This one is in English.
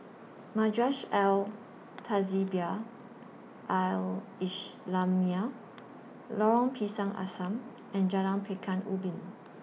Madrasah Al Tahzibiah Al Islamiah Lorong Pisang Asam and Jalan Pekan Ubin